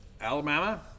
Alabama